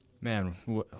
Man